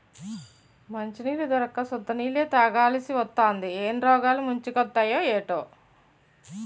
మంచినీళ్లు దొరక్క సుద్ద నీళ్ళే తాగాలిసివత్తాంది ఏం రోగాలు ముంచుకొత్తయే ఏటో